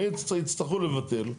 יצטרכו לבטל,